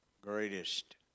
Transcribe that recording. greatest